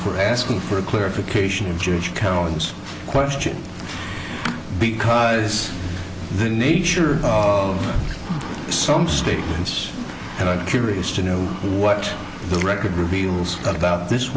for asking for clarification of jewish cohen's question because the nature of some statements and i'm curious to know what the record reveals about this